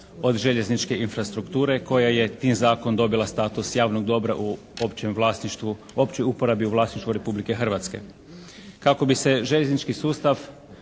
od željezničke infrastrukture koja je tim zakonom dobila status javnog dobra u općem vlasništvu, općoj uporabi u vlasništvu Republike Hrvatske. Kako bi se željeznički sustav